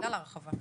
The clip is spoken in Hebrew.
בגלל ההרחבה.